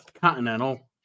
Continental